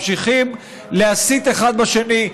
ממשיכים להסית אחד בשני,